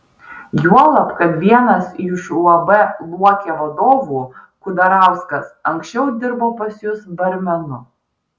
juolab kad vienas iš uab luokė vadovų kudarauskas anksčiau dirbo pas jus barmenu